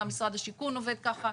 גם משרד השיכון עובד ככה,